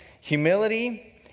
Humility